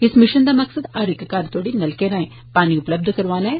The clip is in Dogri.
इस मिशन दा मकसद हर इक घर तोड़ी नलके राए पानी उपलब्ध करोआना ऐ